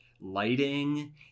lighting